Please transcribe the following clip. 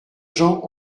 jean